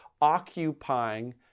occupying